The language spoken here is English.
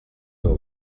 her